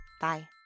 Bye